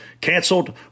canceled